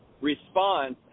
response